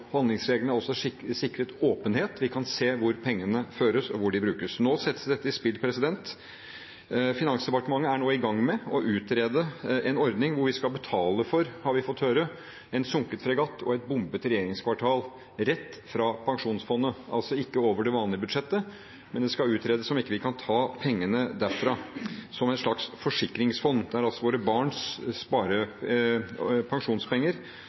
Handlingsregelen er også sikret åpenhet; vi kan se hvor pengene føres, og hvor de brukes. Nå settes dette i spill. Finansdepartementet er nå i gang med å utrede en ordning hvor vi skal betale for, har vi fått høre, en sunket fregatt og et bombet regjeringskvartal, rett fra pensjonsfondet, altså ikke over det vanlige budsjettet, men det skal utredes om vi ikke kan ta pengene derfra, som et slags forsikringsfond. Det er altså våre barns pensjonspenger